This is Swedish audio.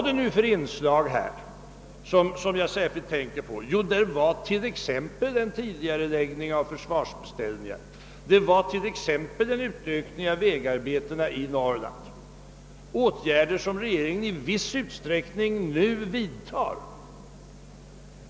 De inslag vi särskilt tänkte på var en tidigareläggning av försvarsbeställningar och en utökning av vägarbetena i Norrland — åtgärder som regeringen i viss utsträckning vidtar nu.